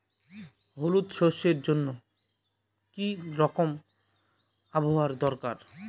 হলুদ সরষে জন্য কি রকম আবহাওয়ার দরকার?